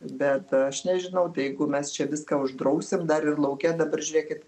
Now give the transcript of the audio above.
bet aš nežinau tai jeigu mes čia viską uždrausim dar ir lauke dabar žiūrėkit